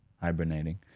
hibernating